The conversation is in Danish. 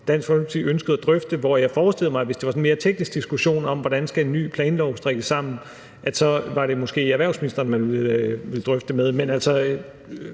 Dansk Folkeparti ønskede at drøfte, og jeg forestiller mig, at hvis det var en mere teknisk diskussion om, hvordan en ny planlov skal strikkes sammen, var det måske erhvervsministeren, man ville drøfte det